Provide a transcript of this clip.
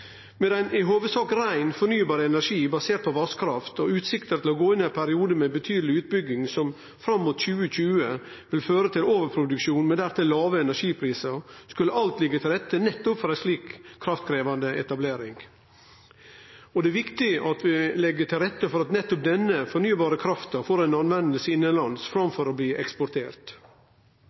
i hovudsak rein, fornybar energi basert på vasskraft og utsikter til å gå inn i ein periode med betydeleg utbygging, som fram mot 2020 vil føre til overproduksjon med dertil låge energiprisar, skulle alt liggje til rette for nettopp ei slik kraftkrevjande etablering. Det er viktig at vi legg til rette for at nettopp denne fornybare krafta blir brukt innanlands framfor å bli eksportert.